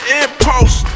impulse